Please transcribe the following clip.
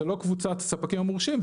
זו לא קבוצת ספקים מורשים,